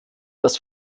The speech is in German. dass